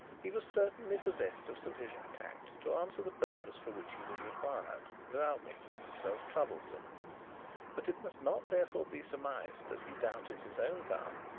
he was certainly possessed of sufficient tact to answer the purpose for which he was required without making himself troublesome but it must not therefore be surmised that he doubted his own power,